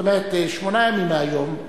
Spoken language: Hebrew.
זאת אומרת שמונה ימים מהיום,